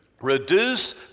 reduce